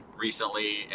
recently